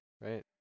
right